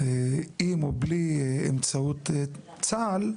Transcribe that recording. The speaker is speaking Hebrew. אם או בלי אמצעות צה"ל,